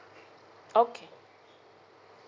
okay